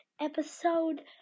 episode